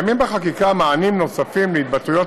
קיימים בחקיקה מענים נוספים להתבטאויות